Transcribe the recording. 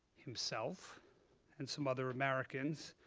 himself and some other americans,